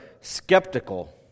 skeptical